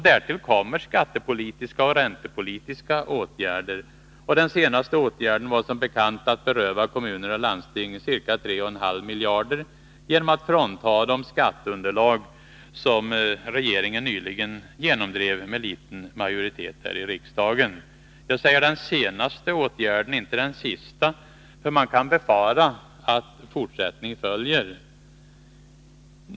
Därtill kommer skattepolitiska och räntepolitiska åtgärder. Den senaste åtgärden, som regeringen nyligen genomdrev med liten majoritet här i riksdagen, var som bekant att beröva kommuner och landsting ca 3,5 miljarder genom att frånta dem skatteunderlag. Jag säger den senaste åtgärden, inte den sista, för man kan befara att fortsättning följer.